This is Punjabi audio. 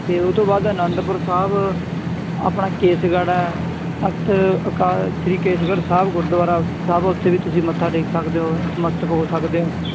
ਅਤੇ ਉਹ ਤੋਂ ਬਾਅਦ ਅਨੰਦਪੁਰ ਸਾਹਿਬ ਆਪਣਾ ਕੇਸਗੜ੍ਹ ਹੈ ਤਖ਼ਤ ਅਕਾਲ ਸ਼੍ਰੀ ਕੇਸਗੜ੍ਹ ਸਾਹਿਬ ਗੁਰਦੁਆਰਾ ਸਾਹਿਬ ਉੱਥੇ ਵੀ ਤੁਸੀਂ ਮੱਥਾ ਟੇਕ ਸਕਦੇ ਹੋ ਨਤਮਸਤਕ ਹੋ ਸਕਦੇ ਹੋ